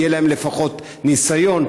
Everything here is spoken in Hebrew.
יהיה להם לפחות ניסיון,